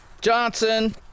Johnson